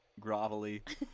grovelly